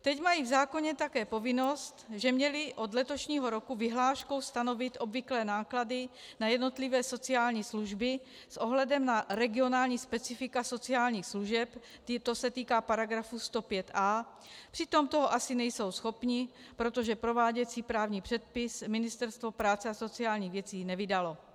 Teď mají v zákoně také povinnost, že měli od letošního roku vyhláškou stanovit obvyklé náklady na jednotlivé sociální služby s ohledem na regionální specifika sociálních služeb to se týká § 105a , přitom toho asi nejsou schopni, protože prováděcí právní předpis Ministerstvo práce a sociálních věcí nevydalo.